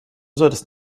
solltest